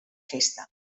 festa